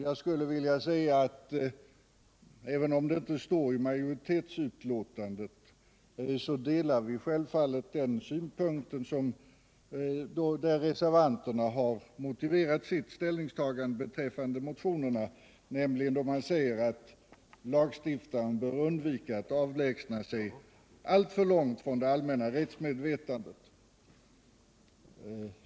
Jag skulle vilja säga att även om det inte står i majoritetsutlåtandet delar vi självfallet den synpunkt reservanterna har anfört i sitt ställningstagande beträffande motionerna, att lagstiftaren bör undvika att avlägsna sig alltför långt från det allmänna rättsmedvetandet.